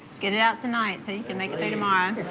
get it out tonight, so you can make it through tomorrow.